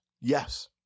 Yes